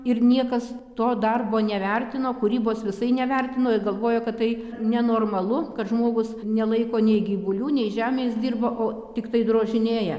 ir niekas to darbo nevertino kūrybos visai nevertino i galvojo kad tai nenormalu kad žmogus nelaiko nei gyvulių nei žemės dirba o tiktai drožinėja